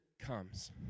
comes